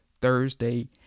Thursday